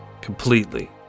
completely